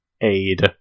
aid